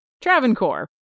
Travancore